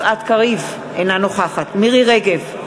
אינה נוכחת מירי רגב,